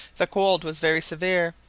the cold was very severe,